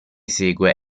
segue